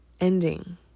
ending